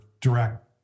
direct